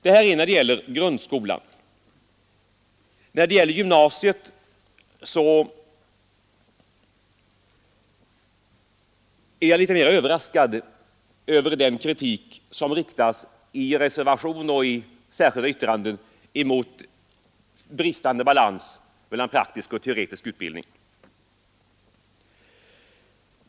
Det här gäller grundskolan, När det gäller gymnasiet är jag litet mer överraskad över den kritik som i reservation och i särskilda yttranden riktas mot bristande balans mellan praktisk och teoretisk utbildning.